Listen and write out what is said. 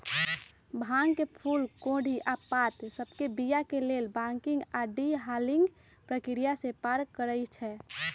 भांग के फूल कोढ़ी आऽ पात सभके बीया के लेल बंकिंग आऽ डी हलिंग प्रक्रिया से पार करइ छै